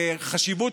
אתה,